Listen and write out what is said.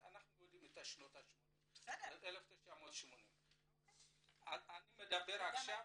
אנחנו יודעים, שנות השמונים, 1980. בסדר.